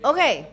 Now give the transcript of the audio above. Okay